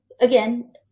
again